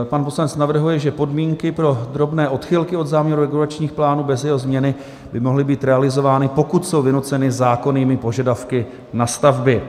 Pan poslanec navrhuje, že podmínky pro drobné odchylky od záměru regulačních plánů bez jeho změny by mohly být realizovány, pokud jsou vynuceny zákonnými požadavky na stavby.